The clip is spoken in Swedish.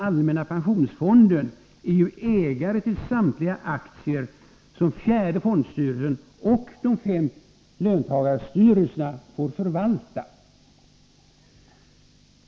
Allmänna pensionsfonden är ju ägare till samtliga aktier som fjärde fondstyrelsen och de fem löntagarstyrelserna får förvalta.